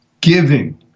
Giving